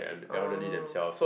oh